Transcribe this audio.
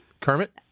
Kermit